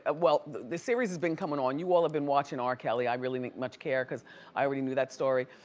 ah well, the series has been coming on. you all have been watching r. kelly, i really didn't much care cause i already knew that story.